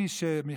היא,